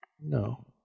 No